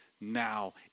now